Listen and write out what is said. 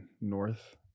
North